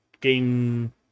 game